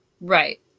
Right